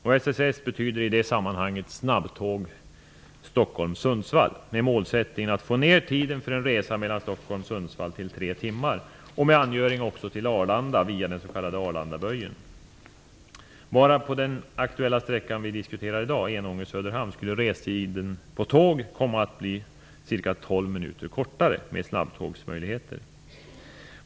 Och SSS betyder i det sammanhanget "Snabbtåg Stockholm-Sundsvall", med målsättningen att få ner tiden för en resa mellan Bara på den här aktuella sträckan Enånger-Söderhamn skulle restiden på tåg komma att bli ca 12 minuter kortare med snabbtågsmöjligheten.